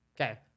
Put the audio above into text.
Okay